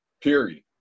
Period